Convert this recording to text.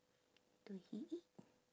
do he eat